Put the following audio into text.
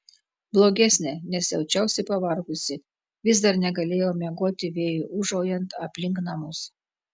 blogesnė nes jaučiausi pavargusi vis dar negalėjau miegoti vėjui ūžaujant aplink namus